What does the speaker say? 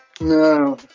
No